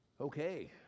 Okay